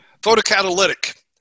Photocatalytic